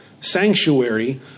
sanctuary